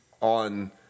on